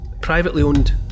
privately-owned